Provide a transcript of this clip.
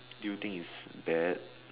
do you think is bad